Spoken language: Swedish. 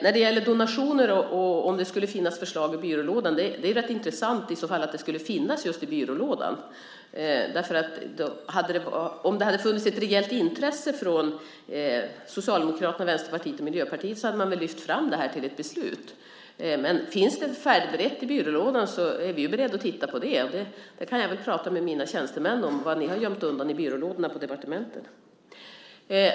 Om det finns förslag om skattesubventionering av donationer på departementet är det intressant att de finns just i byrålådan. Hade det funnits ett rejält intresse hos Socialdemokraterna, Vänsterpartiet och Miljöpartiet hade man väl lyft fram det till ett beslut. Men finns förslaget färdigberett i byrålådan är vi beredda att titta på det. Jag kan väl prata med mina tjänstemän om vad ni har gömt undan i byrålådorna på departementet.